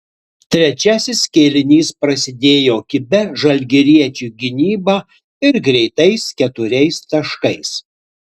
trečiasis kėlinys prasidėjo kibia žalgiriečių gynyba ir greitais keturiais taškais